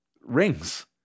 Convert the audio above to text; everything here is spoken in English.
Rings